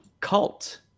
cult